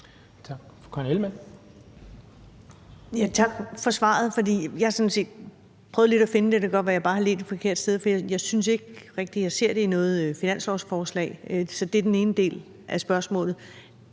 at finde det, og det kan godt være, jeg bare har ledt et forkert sted, for jeg synes ikke rigtig, jeg ser det i noget finanslovsforslag. Det er den ene del af spørgsmålet.